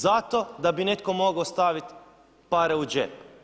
Zato da bi netko mogao staviti pare u džep.